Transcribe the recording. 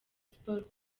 sports